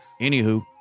Anywho